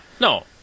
no